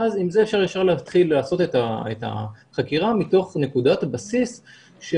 ואז עם זה אפשר ישר להתחיל לעשות את החקירה מתוך נקודת בסיס של: